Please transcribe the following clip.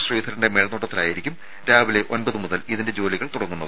ശ്രീധരന്റെ മേൽനോട്ടത്തിലായിരിക്കും രാവിലെ ഒമ്പത് മുതൽ ഇതിന്റെ ജോലികൾ തുടങ്ങുന്നത്